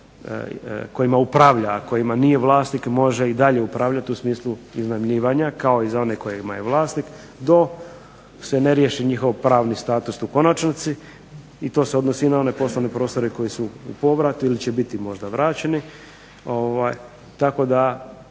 kojima upravlja, a kojima nije vlasnik može i dalje upravljati u smislu iznajmljivanja, kao i za one kojima je vlasnik, dok se ne riješi njihov pravni status u konačnici, i to se odnosi i na one poslovne prostore koji su u povrat, ili će biti možda vraćeni,